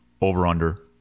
over-under